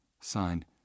Signed